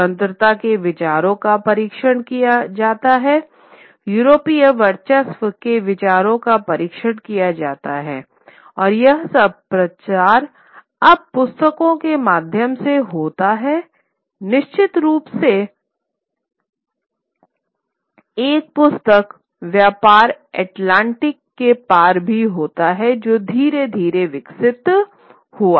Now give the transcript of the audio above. स्वतंत्रता के विचारों का परीक्षण किया जाता है यूरोपीय वर्चस्व के विचारों का परीक्षण किया जाता है और यह सब प्रसार अब पुस्तकों के माध्यम से होता है निश्चित रूप से एक पुस्तक व्यापार अटलांटिक के पार भी होता हैजो धीरे धीरे विकसित हुआ